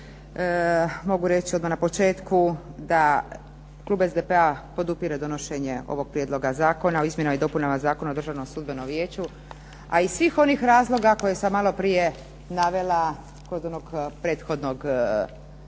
mogu reći odmah na početku, da klub SDP-a podupire donošenje ovog Prijedloga zakona o izmjenama i dopunama Zakona o Državnom sudbenom vijeću a iz svih onih razloga koje sam malo prije navela kod onog prethodnog zakona.